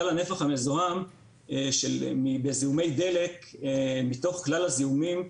כלל הנפח המזוהם בזיהומי דלק מתוך כלל הזיהומים,